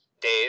Dave